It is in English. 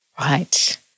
Right